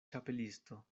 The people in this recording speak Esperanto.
ĉapelisto